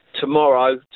tomorrow